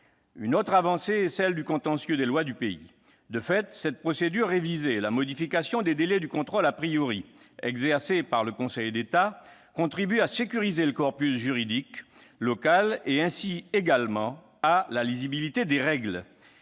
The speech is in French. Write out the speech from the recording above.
Une autre avancée concerne le contentieux des lois du pays. De fait, cette procédure révisée et la modification des délais du contrôle exercé par le Conseil d'État contribuent à sécuriser le corpus juridique local et à assurer la lisibilité des règles.